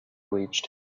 bleached